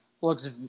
looks